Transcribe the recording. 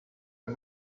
are